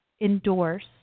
endorse